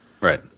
right